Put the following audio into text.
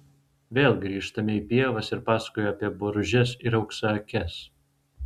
vėl grįžtame į pievas ir pasakoju apie boružes ir auksaakes